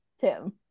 tim